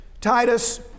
Titus